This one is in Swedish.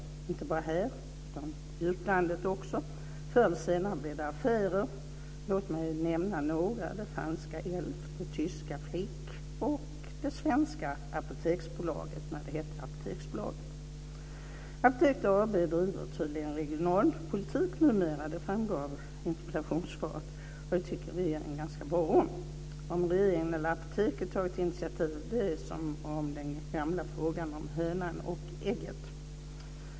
Det gäller inte bara här utan också i utlandet. Förr eller senare blir det affärer. Låt mig nämna några. Det franska Elf, det tyska Flick och det svenska Apoteksbolaget, när det hette Apoteksbolaget. Apoteket AB driver tydligen regionalpolitik numera. Det framgår av interpellationssvaret. Det tycker vi är ganska bra. Om regeringen eller Apoteket tagit initiativ är som den gamla frågan om hönan och ägget.